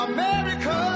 America